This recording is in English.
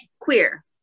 queer